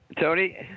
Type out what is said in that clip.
Tony